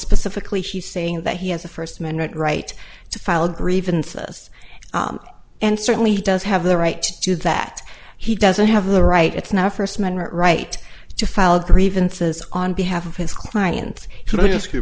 specifically she's saying that he has a first amendment right to file grievances and certainly does have the right to do that he doesn't have the right it's not a first amendment right to file grievances on behalf of his client